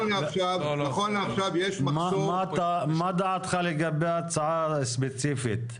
מה דעתך לגבי ההצעה הספציפית?